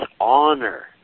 honor